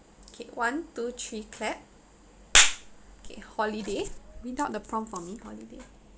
okay one two three clap okay holiday without the prompt for me holiday